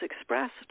expressed